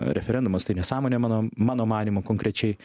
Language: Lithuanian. referendumas tai nesąmonė mano mano manymu konkrečiai